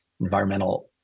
environmental